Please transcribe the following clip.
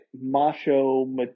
macho